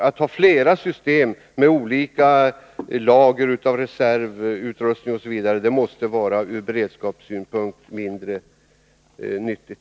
Att ha flera system med olika lager av reservutrustning osv. måste vara ur beredskapssynpunkt mindre lämpligt.